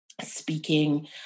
speaking